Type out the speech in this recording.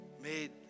made